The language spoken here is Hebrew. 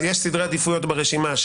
ששי סדרי עדיפות ברשימה,